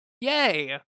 yay